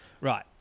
Right